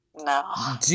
No